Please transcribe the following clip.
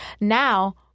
Now